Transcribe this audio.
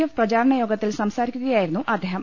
F പ്രാചരണ യോഗ ത്തിൽ സംസാരിക്കുകയായിരുന്നു അദ്ദേഹം